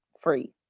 free